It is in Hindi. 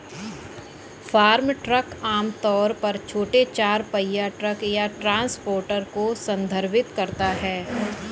फार्म ट्रक आम तौर पर छोटे चार पहिया ट्रक या ट्रांसपोर्टर को संदर्भित करता है